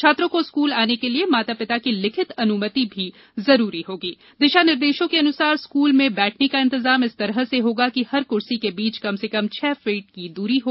छात्रों को स्कूल आने के लिए माता पिता की लिखित अनुमति भी जरूरी होगी दिशा निर्देशों के अनुसार स्कूलों में बैठने का इंतजाम इस तरह से होगा कि हर कुर्सी के बीच कम से कम छह फुट की दूरी हो